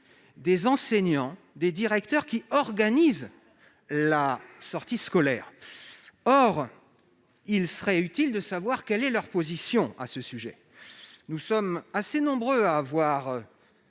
des enseignants et des directeurs qui organisent les sorties scolaires. Or il serait utile de savoir quelle est leur position et nous sommes assez nombreux à avoir